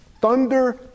Thunder